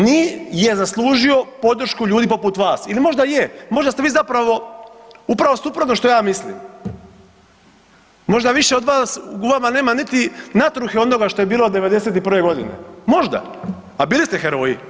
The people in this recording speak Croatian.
Nije zaslužio podršku ljudi poput vas ili možda je, možda ste vi zapravo upravo suprotno što ja mislim, možda više od vas, u vama nema niti natruhe onoga što je bilo '91.g., možda, a bili ste heroji.